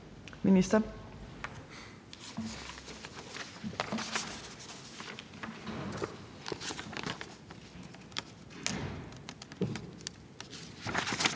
Ministeren.